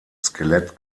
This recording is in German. skelett